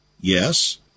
Yes